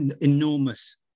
enormous